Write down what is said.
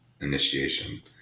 initiation